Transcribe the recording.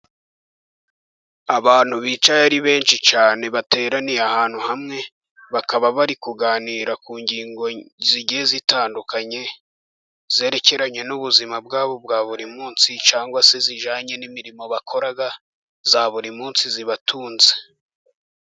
Abantu bicaye ari benshi cyane bateraniye ahantu hamwe, bakaba bari kuganira ku ngingo zigize zitandukanye, zerekeranye n'ubuzima bwabo bwa buri munsi, cyangwa se zijyanye n'imirimo bakora ya buri munsi ibatunze.